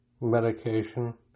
medication